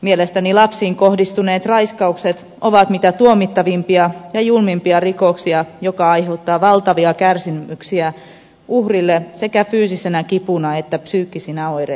mielestäni lapsiin kohdistuneet raiskaukset ovat mitä tuomittavimpia ja julmimpia rikoksia jotka aiheuttavat valtavia kärsimyksiä uhrille sekä fyysisenä kipuna että psyykkisinä oireiluina